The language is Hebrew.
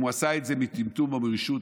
אם הוא עשה את זה מטמטום או מרשעות,